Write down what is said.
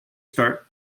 start